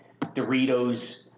Doritos